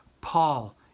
Paul